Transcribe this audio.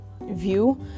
view